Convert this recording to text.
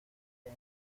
que